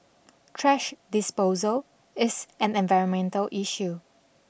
trash disposal is an environmental issue